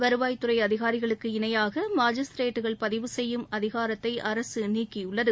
வருவாய்த்துறை அதிகாரிகளுக்கு இணையாக மாஜிஸ்திரேட்டுகள் பதிவு செய்யும் அதிகாரத்தை அரசு நீக்கியுள்ளது